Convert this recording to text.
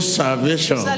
salvation